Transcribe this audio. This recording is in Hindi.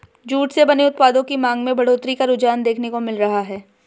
जूट से बने उत्पादों की मांग में बढ़ोत्तरी का रुझान देखने को मिल रहा है